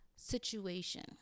Situation